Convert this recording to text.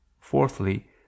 fourthly